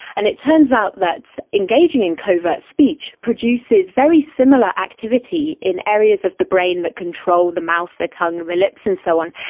and it turns out that engaging in covert speech produces very similar activity in areas of the brain that control the mouth, the tongue and the lips and so on,